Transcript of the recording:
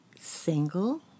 single